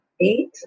eight